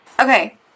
Okay